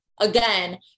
again